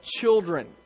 children